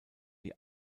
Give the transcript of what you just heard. die